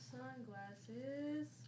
Sunglasses